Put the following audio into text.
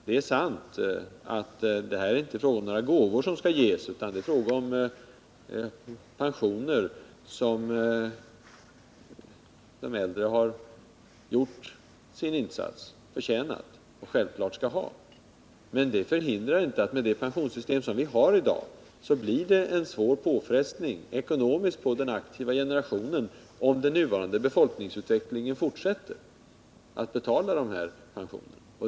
Det är sant att det här inte är fråga om några gåvor som skall utdelas, utan det är fråga om pensioner som de äldre har gjort sin insats för och självfallet skall ha. Men det hindrar inte att det, med det pensionssystem vi i dag har, blir en svår ekonomisk påfrestning på den aktiva generationen att betala dessa pensioner, om den nuvarande befolkningsutvecklingen fortsätter.